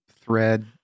thread